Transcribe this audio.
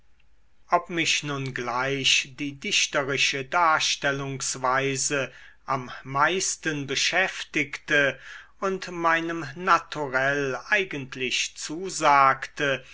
ob mich nun gleich die dichterische darstellungsweise am meisten beschäftigte und meinem naturell eigentlich zusagte